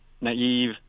naive